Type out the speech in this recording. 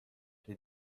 les